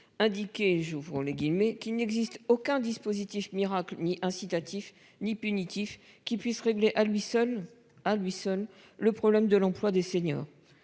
indiqué j'ouvre les guillemets, qu'il n'existe aucun dispositif miracle ni incitatif ni punitifs qui puisse régler à lui seul à lui seul le problème de l'emploi des seniors.